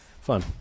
fun